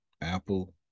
Apple